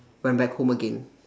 went back home again